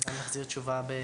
ונחזיר תשובה.